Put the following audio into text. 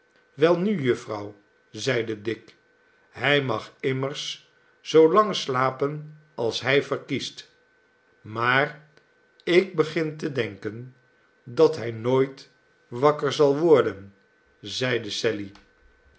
welnu jufvrouw zeide dick hij mag immers zoolang slapen als hij verkiest maar ik begin te denken dat hij nooit wakker zal worden zeide sally